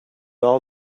all